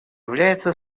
является